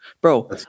bro